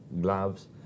gloves